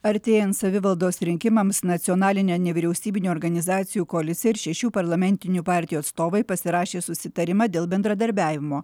artėjant savivaldos rinkimams nacionalinė nevyriausybinių organizacijų koalicija ir šešių parlamentinių partijų atstovai pasirašė susitarimą dėl bendradarbiavimo